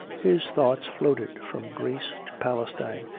his thoughts floated from greece to palestine,